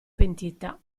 pentita